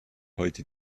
heute